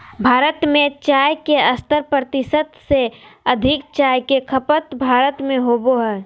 भारत में चाय के सत्तर प्रतिशत से अधिक चाय के खपत भारत में होबो हइ